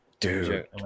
Dude